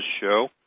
show